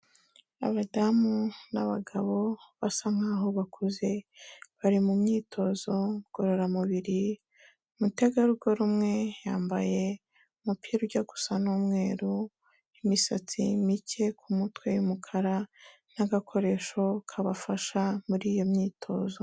Abadamu n'abagabo basa nk'aho bakuze, bari mu myitozo ngororamubiri, umutegarugori umwe yambaye umupira ujya gusa n'umweru, imisatsi mike ku mutwe y'umukara n'agakoresho kabafasha muri iyo myitozo.